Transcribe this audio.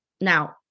now